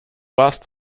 last